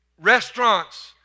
restaurants